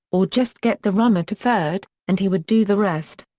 or just get the runner to third, and he would do the rest.